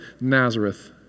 Nazareth